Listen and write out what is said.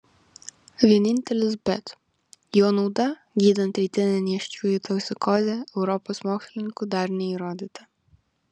vienintelis bet jo nauda gydant rytinę nėščiųjų toksikozę europos mokslininkų dar neįrodyta